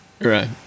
Right